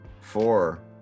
four